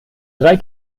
drei